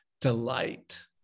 delight